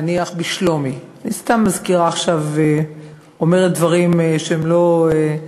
נניח בשלומי, אני סתם מזכירה, אומרת דברים שהם לא,